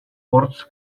hortz